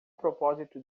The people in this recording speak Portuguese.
propósito